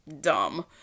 dumb